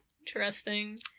Interesting